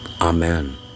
Amen